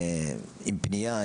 עם בנייה,